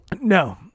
No